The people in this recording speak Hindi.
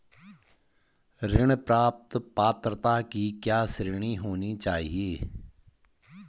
ऋण प्राप्त पात्रता की क्या श्रेणी होनी चाहिए?